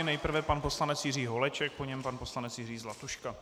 Nejprve pan poslanec Jiří Holeček, po něm pan poslanec Jiří Zlatuška.